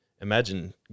imagine